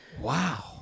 Wow